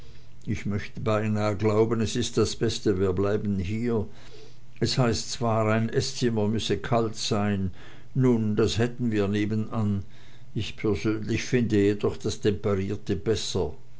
ich möchte beinahe glauben es ist das beste wir bleiben hier es heißt zwar ein eßzimmer müsse kalt sein nun das hätten wir nebenan ich persönlich finde jedoch das temperierte besser